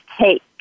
take